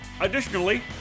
Additionally